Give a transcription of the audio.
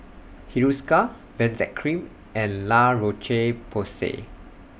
Hiruscar Benzac Cream and La Roche Porsay